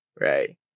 right